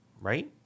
right